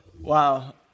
Wow